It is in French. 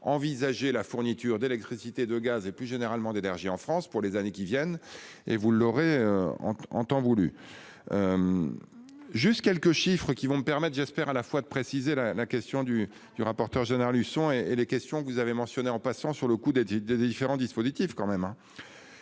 envisager la fourniture d'électricité, de gaz et plus généralement d'énergie en France pour les années qui viennent et vous l'aurez en temps voulu. Juste quelques chiffres qui vont permettre j'espère à la fois de préciser la question du du rapporteur général Husson et et les questions que vous avez mentionné en passant sur le coup d'de différents dispositifs quand même